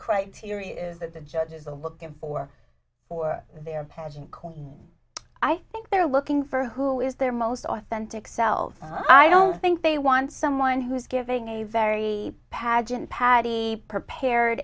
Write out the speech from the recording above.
criteria is that the judges the looking for for their pageant i think they're looking for who is their most authentic selves and i don't think they want someone who's giving a very pageant patti prepared